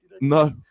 No